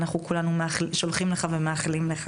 אנחנו כולנו שולחים לך ומאחלים לך.